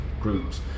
groups